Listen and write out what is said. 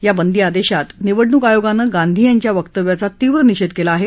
या बंदी आदेशामध्ये निवडणूक आयोगानं गांधी यांच्या वक्तव्याचा तीव्र निषेध केला आहे